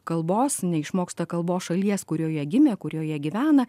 kalbos neišmoksta kalbos šalies kurioje gimė kurioje gyvena